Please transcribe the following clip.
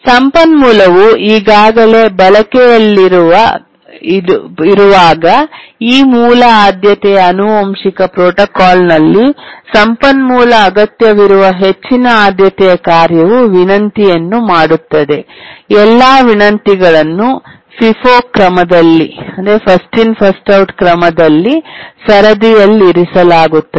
ಸಂಪನ್ಮೂಲವು ಈಗಾಗಲೇ ಬಳಕೆಯಲ್ಲಿರುವಾಗ ಈ ಮೂಲ ಆದ್ಯತೆಯ ಆನುವಂಶಿಕ ಪ್ರೋಟೋಕಾಲ್ನಲ್ಲಿ ಸಂಪನ್ಮೂಲ ಅಗತ್ಯವಿರುವ ಹೆಚ್ಚಿನ ಆದ್ಯತೆಯ ಕಾರ್ಯವು ವಿನಂತಿಯನ್ನು ಮಾಡುತ್ತದೆ ಎಲ್ಲಾ ವಿನಂತಿಯನ್ನು FIFO ಕ್ರಮದಲ್ಲಿ ಸರದಿಯಲ್ಲಿರಿಸಲಾಗುತ್ತದೆ